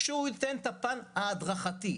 שהוא ייתן את הפן של ההדרכה.